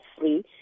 free